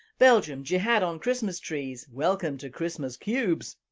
belgium jihad on christmas trees welcome to christmas cubes!